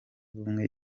ubumwe